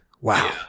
wow